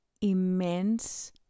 immense